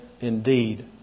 indeed